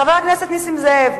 חבר הכנסת נסים זאב.